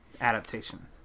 adaptation